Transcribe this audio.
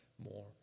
more